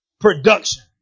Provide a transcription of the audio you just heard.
production